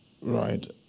Right